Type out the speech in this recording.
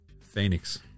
Phoenix